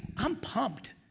i'm pumped,